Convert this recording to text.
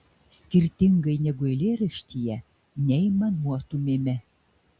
skirtingai negu eilėraštyje neaimanuotumėme